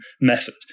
method